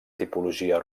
tipologia